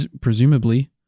presumably